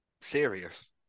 serious